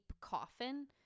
coffin